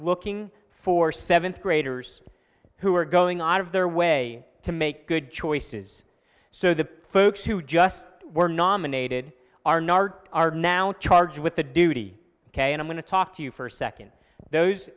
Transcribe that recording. looking for seventh graders who are going out of their way to make good choices so the folks who just were nominated our nart are now charged with the duty ok i'm going to talk to you for a second those